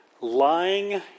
lying